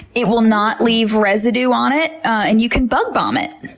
it will not leave residue on it. and you can bug bomb it.